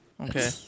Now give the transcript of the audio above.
Okay